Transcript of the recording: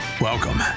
welcome